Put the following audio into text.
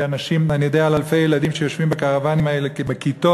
אני יודע על אלפי אנשים שיושבים בקרוונים האלה בכיתות